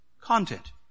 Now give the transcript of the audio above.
content